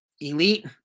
elite